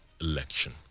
election